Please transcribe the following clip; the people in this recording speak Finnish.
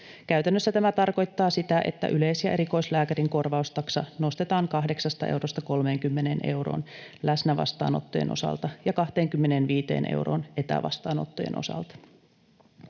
Käytännössä tämä tarkoittaa sitä, että yleis- ja erikoislääkärin korvaustaksa nostetaan 8 eurosta 30 euroon läsnävastaanottojen osalta ja 25 euroon etävastaanottojen osalta.